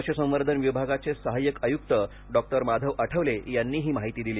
पशुसंवर्धन विभागाचे सहाय्यक आयुक्त डॉक्टर माधव आठवले यांनी ही माहिती दिली आहे